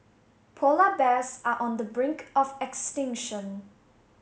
polar bears are on the brink of extinction